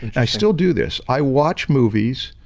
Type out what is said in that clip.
i still do this. i watch movies.